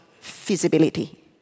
feasibility